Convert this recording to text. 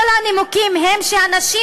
כל הנימוקים הם שהנשים,